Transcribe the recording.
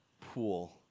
pool